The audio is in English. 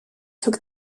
took